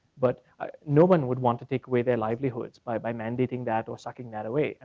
but no one would want to take away their livelihoods by by mandating that or sucking that away,